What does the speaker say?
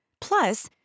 Plus